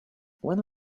when